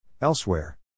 Elsewhere